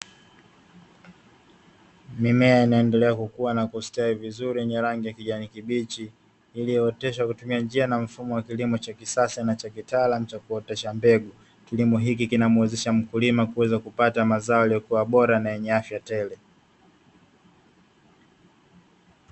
Mimea inayoendelea kukuwa na kustawi vizuri yenye rangi ya kijani kibichi, iliyooteshwa kwa kutumia njia na mfumo wa kilimo cha kisasa na kitaalamu cha kuotesha mbegu. Kilimo hiki kinamuwezesha mkulima kuweza kupata mazao yaliyokuwa bora na yenye afya tele.